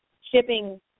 shipping